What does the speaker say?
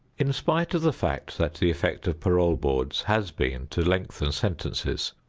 in spite of the fact that the effect of parole boards has been to lengthen sentences,